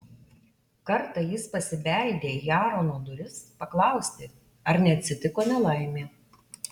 kartą jis pasibeldė į aarono duris paklausti ar neatsitiko nelaimė